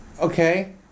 Okay